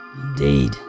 Indeed